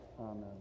Amen